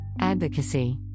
Advocacy